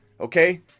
Okay